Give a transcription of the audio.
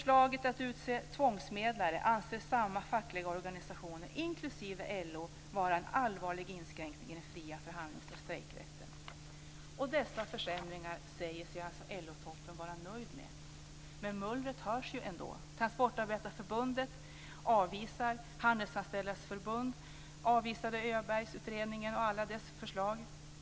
Samma fackliga organisationer, inklusive LO, anser att förslaget om att utse tvångsmedlare är en allvarlig inskränkning i den fria förhandlings och strejkrätten. Dessa försämringar säger sig alltså LO-toppen vara nöjd med. Men mullret hörs ändå. Transportarbetareförbundet avvisar det här. Handelsanställdas förbund avvisade Öbergutredningen och alla dess förslag.